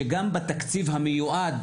שגם בתקציב המיועד,